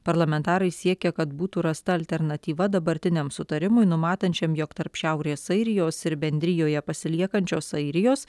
parlamentarai siekia kad būtų rasta alternatyva dabartiniam susitarimui numatančiam jog tarp šiaurės airijos ir bendrijoje pasiliekančios airijos